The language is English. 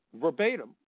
verbatim